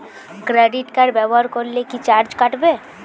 Credit card ব্যাবহার করলে কি চার্জ কাটবে?